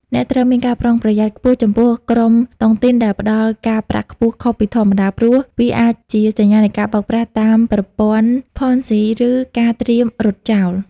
អ្នកត្រូវមានការប្រុងប្រយ័ត្នខ្ពស់ចំពោះក្រុមតុងទីនដែលផ្ដល់ការប្រាក់ខ្ពស់ខុសពីធម្មតា ព្រោះវាអាចជាសញ្ញានៃការបោកប្រាស់តាមប្រព័ន្ធ "Ponzi" ឬការត្រៀមរត់ចោល។